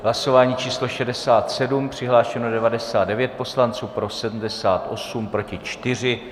Hlasování číslo 67, přihlášeno 99 poslanců, pro 78, proti 4.